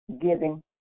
giving